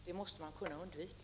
Det måste man kunna undvika.